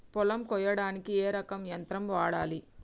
పొలం కొయ్యడానికి ఏ రకం యంత్రం వాడాలి?